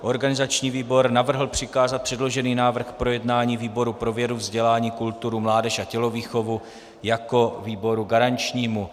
Organizační výbor navrhl přikázat předložený návrh k projednání výboru pro vědu, vzdělání, kulturu, mládež a tělovýchovu jako výboru garančnímu.